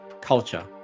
culture